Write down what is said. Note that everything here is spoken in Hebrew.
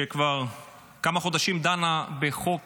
שכבר כמה חודשים דנה בחוק